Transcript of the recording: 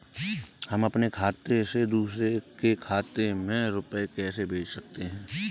हम अपने खाते से दूसरे के खाते में रुपये कैसे भेज सकते हैं?